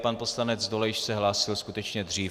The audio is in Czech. Pan poslanec Dolejš se hlásil skutečně dřív.